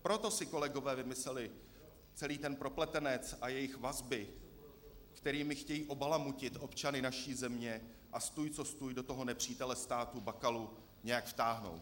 Proto si kolegové vymysleli celý ten propletenec a jejich vazby, kterými chtějí obalamutit občany naší země a stůj co stůj do toho nepřítele státu Bakalu nějak vtáhnout.